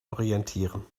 orientieren